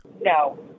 No